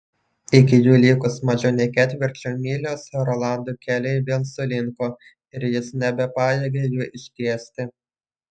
iki jų likus mažiau nei ketvirčiui mylios rolando keliai vėl sulinko ir jis nebepajėgė jų ištiesti